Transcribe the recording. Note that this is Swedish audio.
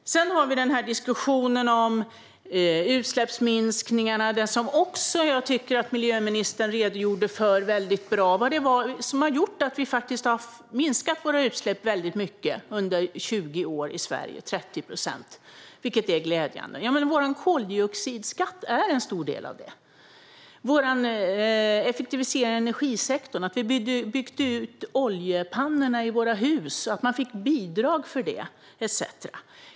Sedan har vi diskussionen om utsläppsminskningarna. Jag tycker att miljöministern redogjorde väldigt bra för vad det är som har gjort att vi har minskat våra utsläpp väldigt mycket i Sverige. De har minskat med 30 procent på 20 år, vilket är glädjande. Vår koldioxidskatt är en stor del av det, liksom vår effektivisering av energisektorn, att vi bytte ut oljepannorna i våra hus och fick bidrag för det etcetera.